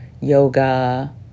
yoga